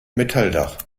metalldach